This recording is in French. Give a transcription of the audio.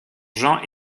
jean